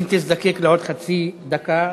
אם תזדקק לעוד חצי דקה,